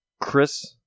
Chris